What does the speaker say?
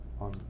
on